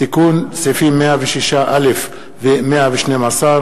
תיקון סעיפים 106א ו-112,